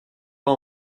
pas